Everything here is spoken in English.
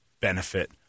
benefit